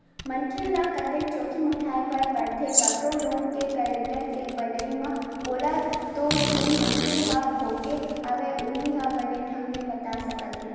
मनखे ल कतेक जोखिम उठाय बर परथे कखरो लोन के गारेंटर के बनई म ओला तो जेन मनखे ह भोगे हवय उहीं ह बने ढंग ले बता सकत हे